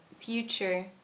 future